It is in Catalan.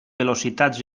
velocitats